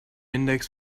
index